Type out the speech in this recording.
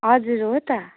हजुर हो त